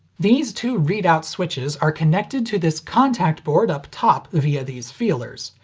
these two readout switches are connected to this contact board up top via these feelers.